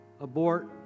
abort